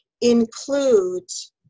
includes